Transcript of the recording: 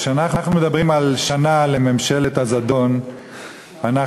כשאנחנו מדברים על שנה לממשלת הזדון אנחנו